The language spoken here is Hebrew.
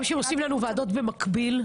גם שעושים לנו ועדות במקביל.